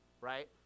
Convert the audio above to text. Right